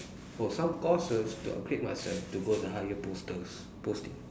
for some courses to upgrade myself to go to higher posters posting